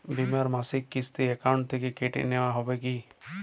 বিমার মাসিক কিস্তি অ্যাকাউন্ট থেকে কেটে নেওয়া হবে কি?